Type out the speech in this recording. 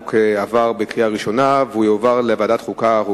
הצעת החוק התקבלה בקריאה ראשונה ותועבר לוועדת החוקה,